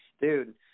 Dude